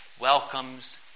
welcomes